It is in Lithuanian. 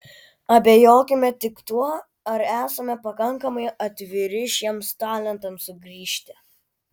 abejokime tik tuo ar esame pakankamai atviri šiems talentams sugrįžti